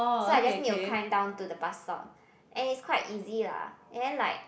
so I just need to climb down to the bus stop and is quite easy lah and then like